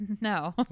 no